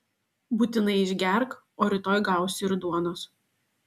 būtinai išgerk o rytoj gausi ir duonos